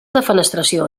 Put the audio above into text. defenestració